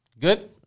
Good